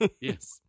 Yes